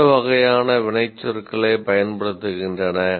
எந்த வகையான வினைச்சொற்களைப் பயன்படுத்துகின்றன